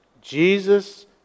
Jesus